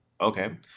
Okay